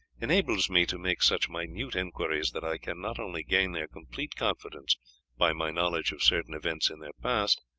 enables me to make such minute inquiries that i can not only gain their complete confidence by my knowledge of certain events in their past,